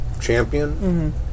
champion